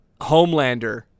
homelander